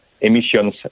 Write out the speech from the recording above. emissions